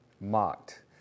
mocked